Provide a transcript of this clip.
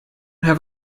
have